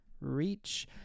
Reach